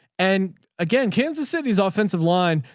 and again, kansas city's offensive line.